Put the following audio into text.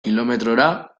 kilometrora